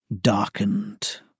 darkened